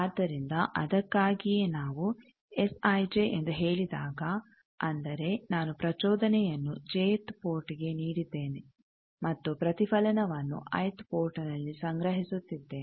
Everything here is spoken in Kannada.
ಆದ್ದರಿಂದ ಅದಕ್ಕಾಗಿಯೇ ನಾವು ಎಸ್ ಐಜೆ ಎಂದು ಹೇಳಿದಾಗ ಅಂದರೆ ನಾನು ಪ್ರಚೋದನೆಯನ್ನು ಜೆ ಪೋರ್ಟ್ಗೆ ನೀಡಿದ್ದೇನೆ ಮತ್ತು ಪ್ರತಿಫಲನವನ್ನು ಐ ಪೋರ್ಟ್ನಲ್ಲಿ ಸಂಗ್ರಹಿಸುತ್ತಿದ್ದೇನೆ